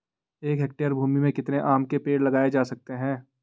एक हेक्टेयर भूमि में कितने आम के पेड़ लगाए जा सकते हैं?